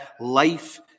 life